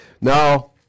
Now